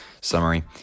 summary